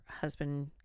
husband